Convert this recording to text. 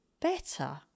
better